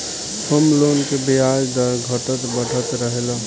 home loan के ब्याज दर घटत बढ़त रहेला